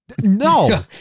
No